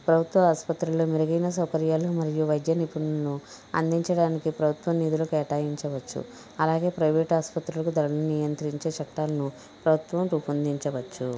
ప్రభుత్వ ఆసుపత్రిలో మెరుగైన సౌకర్యాలు మరియు వైద్య నిపుణులను అందించడానికి ప్రభుత్వం నిధులు కేటాయించవచ్చు అలాగే ప్రైవేట్ ఆస్పత్రులకు ధరలను నియంత్రించే చట్టాలను ప్రభుత్వం రూపొందించవచ్చు